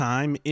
Time